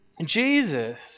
Jesus